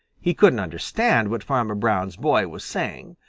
he couldn't understand what farmer brown's boy was saying.